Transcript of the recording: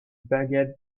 bagad